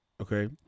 okay